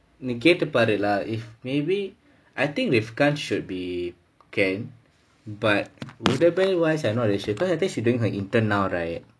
if maybe I think rifkan should be can but uthabai wise I'm not really sure because I think she doing her intern now right